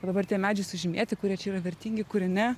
o dabar tie medžiai sužymėti kurie čia yra vertingi kurie ne